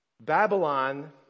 Babylon